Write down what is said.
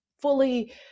fully